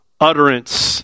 utterance